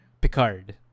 Picard